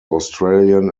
australian